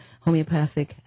homeopathic